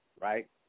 right